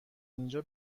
اینجا